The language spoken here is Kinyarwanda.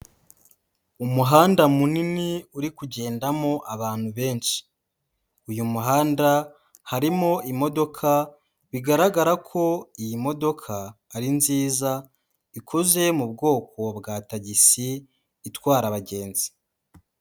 Umuhanda munini uri kugendamo abantu benshi. Uyu muhanda harimo imodoka, bigaragara ko iyi modoka ari nziza ikoze mu bwoko bwa tagisi itwara abagenzi.